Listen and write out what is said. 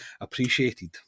appreciated